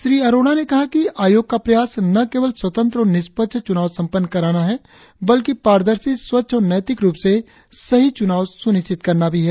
श्री अरोड़ा ने कहा कि आयोग का प्रयास न केवल स्वतंत्र और निष्पक्ष चुनाव संपन्न कराना बल्कि पारदर्शी स्वच्छ और नैतिक रुप से सही चुनाव सुनिश्चित करना भी है